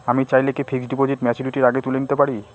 আমি চাইলে কি ফিক্সড ডিপোজিট ম্যাচুরিটির আগেই তুলে নিতে পারি?